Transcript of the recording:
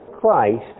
Christ